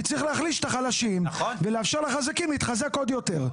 כי צריך להחליש את החלשים ולאפשר לחזקים להתחזק עוד יותר.